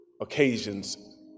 occasions